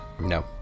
No